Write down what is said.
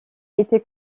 été